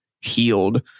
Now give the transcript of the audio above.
healed